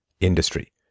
industry